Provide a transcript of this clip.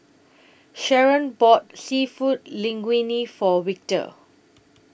Sharron bought Seafood Linguine For Victor